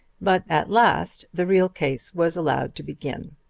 but at last the real case was allowed to begin,